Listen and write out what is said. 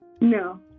No